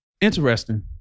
Interesting